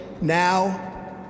Now